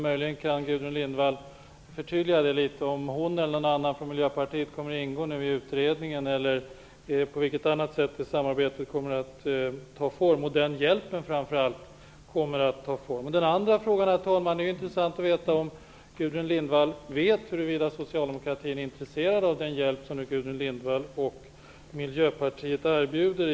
Möjligen kan Gudrun Lindvall förtydliga detta litet och säga om hon eller någon annan från Miljöpartiet kommer att ingå i utredningen eller tala om på vilket annat sätt samarbetet och, framför allt, nämnda hjälp kommer att ta form. Sedan vore det intressant att höra om Gudrun Lindvall vet huruvida socialdemokratin är intresserad av den hjälp i detta arbete som Gudrun Lindvall och Miljöpartiet nu erbjuder.